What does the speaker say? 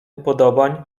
upodobań